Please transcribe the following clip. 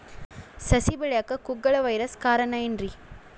ಸಸಿ ಬೆಳೆಯಾಕ ಕುಗ್ಗಳ ವೈರಸ್ ಕಾರಣ ಏನ್ರಿ?